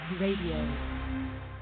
Radio